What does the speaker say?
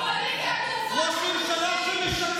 ראש ממשלה שמשקר לציבור.